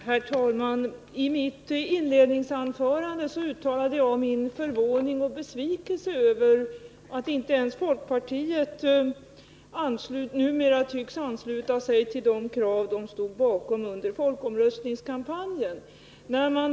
Herr talman! I mitt inledningsanförande uttalade jag min förvåning och besvikelse över att inte ens folkpartiet numera tycks ansluta sig till de krav som man stod bakom i folkomröstningskampanjen.